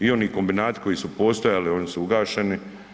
I oni kombinati koji su postojali oni su ugašeni.